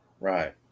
Right